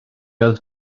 oedd